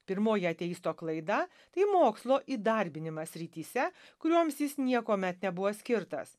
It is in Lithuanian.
pirmoji ateisto klaida tai mokslo įdarbinimas srityse kurioms jis niekuomet nebuvo skirtas